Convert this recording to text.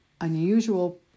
unusual